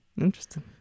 Interesting